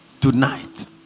Tonight